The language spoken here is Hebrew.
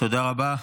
תודה רבה.